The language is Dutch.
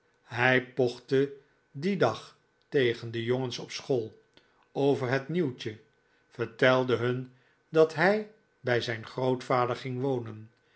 hij pochte dien dag tegen de jongens op school over het nieuwtje vertelde hun dat hij bij zijn grootvader ging wonen